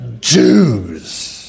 jews